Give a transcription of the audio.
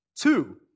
Two